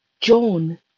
John